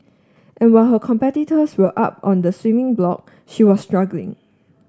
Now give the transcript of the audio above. and while her competitors were up on the swimming block she was struggling